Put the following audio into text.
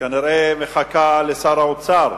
היא כנראה מחכה לשר האוצר.